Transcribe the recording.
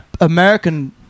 American